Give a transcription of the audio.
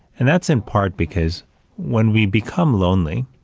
and that's in part because when we become lonely,